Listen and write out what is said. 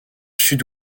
sud